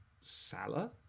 Salah